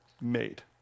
made